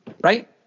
Right